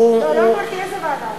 לא, לא אמרתי איזה ועדה.